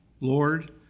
Lord